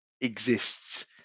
exists